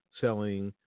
selling